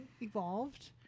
evolved